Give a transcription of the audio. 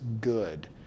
good